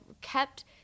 kept